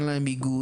אין להם איגוד,